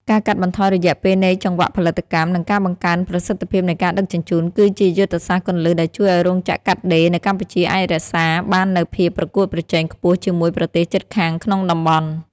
ការកាត់បន្ថយរយៈពេលនៃចង្វាក់ផលិតកម្ម និងការបង្កើនប្រសិទ្ធភាពនៃការដឹកជញ្ជូន គឺជាយុទ្ធសាស្ត្រគន្លឹះដែលជួយឱ្យរោងចក្រកាត់ដេរនៅកម្ពុជាអាចរក្សាបាននូវភាពប្រកួតប្រជែងខ្ពស់ជាមួយប្រទេសជិតខាងក្នុងតំបន់។